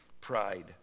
pride